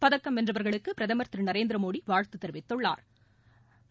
பதக்கம் வென்றவா்களுக்கு பிரதமா் திரு நரேந்திரமோடி வாழ்த்து தெரிவித்துள்ளாா்